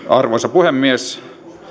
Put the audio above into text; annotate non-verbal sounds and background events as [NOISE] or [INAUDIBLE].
[UNINTELLIGIBLE] arvoisa puhemies